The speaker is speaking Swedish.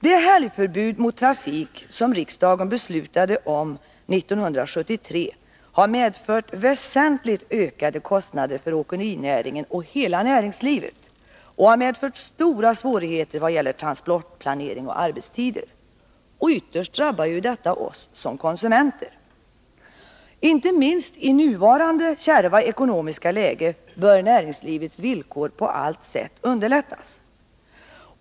Det helgförbud mot tung trafik som riksdagen beslutade om 1973 har medfört väsentligt ökade kostnader för åkerinäringen och hela näringslivet och har medfört stora svårigheter i vad gäller transportplanering och arbetstider. Ytterst drabbar detta oss alla som konsumenter. Inte minst i nuvarande kärva ekonomiska läge bör näringslivets villkor på allt sätt underlättas.